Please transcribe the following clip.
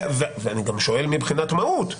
ואני גם שואל מבחינת מהות.